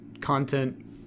content